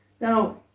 Now